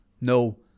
No